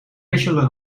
bachelor